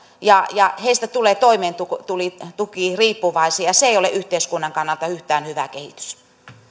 ja ja heistä tulee toimeentulotukiriippuvaisia se ei ole yhteiskunnan kannalta yhtään hyvä kehitys